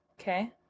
Okay